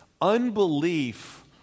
Unbelief